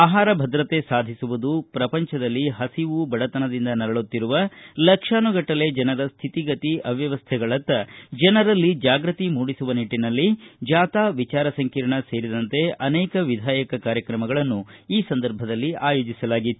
ಆಹಾರ ಭದ್ರತೆ ಸಾಧಿಸುವುದು ಹಾಗೂ ಪ್ರಪಂಚದಲ್ಲಿ ಹಸಿವು ಬಡತನದಿಂದ ನರಳುತ್ತಿರುವ ಲಕ್ಷಾನುಗಟ್ಟಲೇ ಜನರ ಸ್ಥಿತಿ ಗತಿ ಅವ್ಯವಸ್ಥೆಗಳತ್ತ ಜನರಲ್ಲಿ ಜಾಗೃತಿ ಮೂಡಿಸುವ ನಿಟ್ಟನಲ್ಲಿ ಜಾಥಾ ವಿಚಾರ ಸಂಕಿರಣ ಸೇರಿದಂತೆ ಅನೇಕ ವಿಧಾಯಕ ಕಾರ್ಯಕ್ರಮಗಳನ್ನು ಆಯೋಜಿಸಲಾಗಿತ್ತು